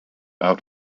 out